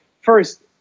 first